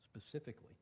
specifically